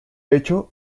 hecho